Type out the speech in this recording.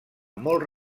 molt